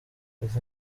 ati